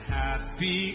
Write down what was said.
happy